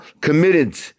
committed